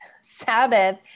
Sabbath